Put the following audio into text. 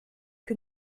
que